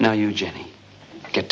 now you jenny get